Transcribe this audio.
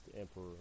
Emperor